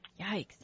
yikes